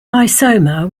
isomer